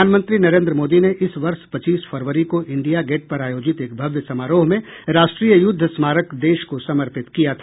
प्रधानमंत्री नरेन्द्र मोदी ने इस वर्ष पच्चीस फरवरी को इंडिया गेट पर आयोजित एक भव्य समारोह में राष्ट्रीय युद्ध स्मारक देश को समर्पित किया था